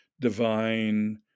divine